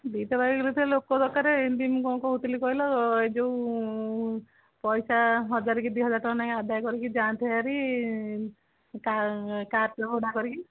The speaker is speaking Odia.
ଦୁଇଟା ବାଇକ୍ରେ ସେ ଲୋକ ଦରକାର ଏମିତି ମୁଁ କ'ଣ କହୁଥିଲି କହିଲ ଏଇ ଯେଉଁ ପଇସା ହଜାର କି ଦୁଇ ହଜାର ଟଙ୍କା ଲେଖାଏଁ ଆଦାୟ କରିକି ଯାଆନ୍ତେ ହେରି କାର୍ କାର୍ଟେ ଭଡ଼ା କରିକି